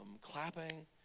clapping